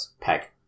peg